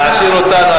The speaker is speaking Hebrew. תעשיר אותנו,